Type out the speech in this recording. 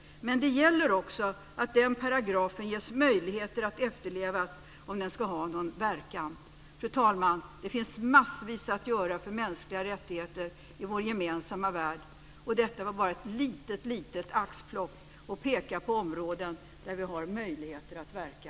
Men det gäller också att det ges möjligheter att efterleva den paragrafen om den ska ha någon verkan. Fru talman! Det finns massvis att göra för mänskliga rättigheter i vår gemensamma värld. Detta var bara ett litet axplock som pekar på områden där vi har möjlighet att verka.